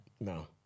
No